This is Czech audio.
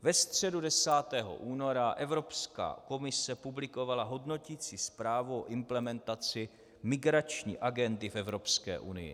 Ve středu 10. února Evropská komise publikovala hodnoticí zprávu o implementaci migrační agendy v Evropské unii.